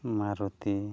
Maruti